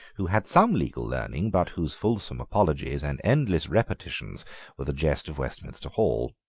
who had some legal learning, but whose fulsome apologies and endless repetitions were the jest of westminster hall.